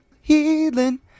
healing